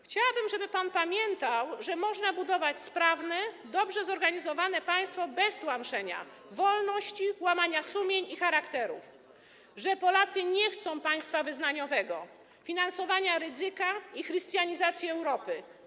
Chciałabym, żeby pan pamiętał, że można budować sprawne, dobrze zorganizowane państwo bez tłamszenia wolności, łamania sumień i charakterów, że Polacy nie chcą państwa wyznaniowego, finansowania Rydzyka i chrystianizacji Europy.